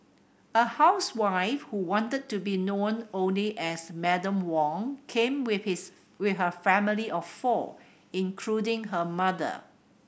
a housewife who wanted to be known only as Madam Wong came with his with her family of four including her mother